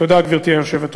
תודה, גברתי היושבת-ראש.